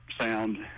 sound